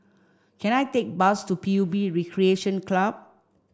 can I take a bus to P U B Recreation Club